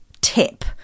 tip